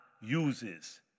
uses